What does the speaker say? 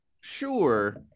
sure